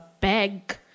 bag